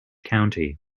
county